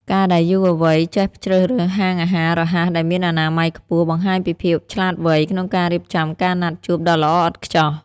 ការដែលយុវវ័យចេះជ្រើសរើសហាងអាហាររហ័សដែលមានអនាម័យខ្ពស់ បង្ហាញពីភាពឆ្លាតវៃក្នុងការរៀបចំការណាត់ជួបដ៏ល្អឥតខ្ចោះ។